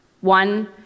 one